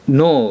no